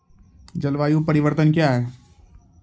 जलवायु परिवर्तन कया हैं?